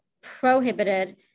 prohibited